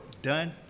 done